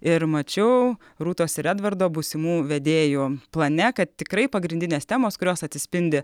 ir mačiau rūtos ir edvardo būsimų vedėjo plane kad tikrai pagrindinės temos kurios atsispindi